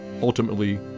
ultimately